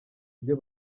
ibyo